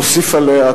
תוסיף עליה,